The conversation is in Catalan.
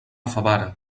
favara